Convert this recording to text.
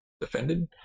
defended